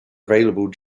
available